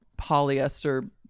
polyester